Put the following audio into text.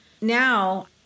Now